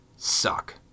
suck